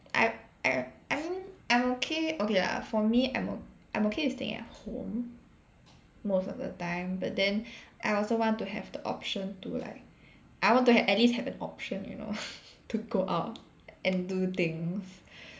I I I think I'm okay okay lah for me I'm o~ I'm okay with staying at home most of the time but then I also want to have the option to like I want to ha~ at least have an option you know to go out and do things